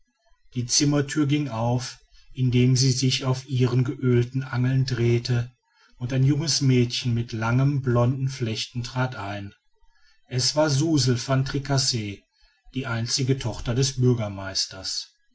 die zimmerthür ging auf indem sie sich auf ihren geölten angeln drehte und ein junges mädchen mit langen blonden flechten trat ein es war suzel van tricasse die einzige tochter des bürgermeisters